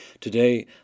Today